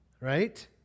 right